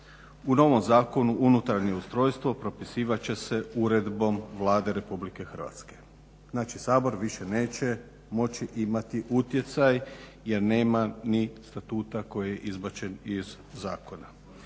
U novom zakonu unutarnje ustrojstvo propisivat će se uredbom Vlade RH. Znači, Sabor više neće moći imati utjecaj jer nema ni statuta koji je izbačen iz zakona.